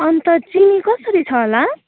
अन्त चिनी कसरी छ होला